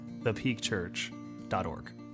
thepeakchurch.org